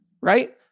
right